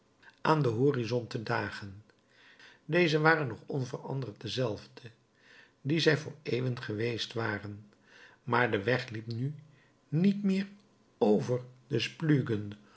aan den horizon te dagen deze waren nog onveranderd dezelfde die zij voor eeuwen geweest waren maar de weg liep nu niet meer over